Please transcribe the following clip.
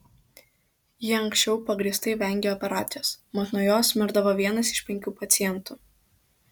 ji anksčiau pagrįstai vengė operacijos mat nuo jos mirdavo vienas iš penkių pacientų